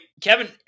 Kevin